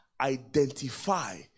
identify